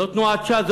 זאת תנועת ש"ס,